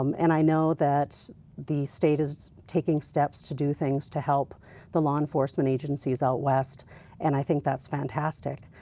um and i know the state is taking steps to do things to help the law enforcement agencies out west and i think that is fantastic.